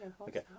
okay